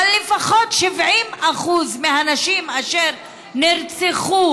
אבל לפחות 70% מהנשים שנרצחו